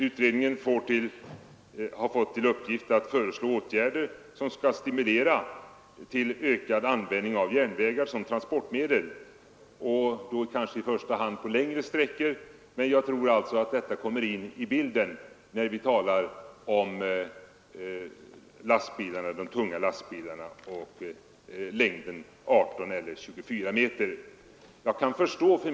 Utredningen har fått till uppgift att föreslå åtgärder som skall stimulera till ökad användning av järnvägar som transportmedel, kanske i första hand på längre sträckor. Jag tror att också sådana åtgärder har betydelse för frågan om en gräns vid 18 eller 24 meter för de tunga lastbilarna.